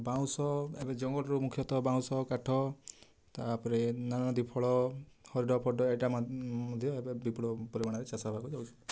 ବାଉଁଶ ଏବେ ଜଙ୍ଗଲରୁ ମୁଖ୍ୟତଃ ବାଉଁଶ କାଠ ତାପରେ ନାନାଦି ଫଳ ହରିଡ଼ା ଫରିଡ଼ା ଏଇଟା ମ ମଧ୍ୟ ଏବେ ବିପୁଳ ପରିମାଣରେ ଚାଷ ହେବାକୁ ଯାଉଛି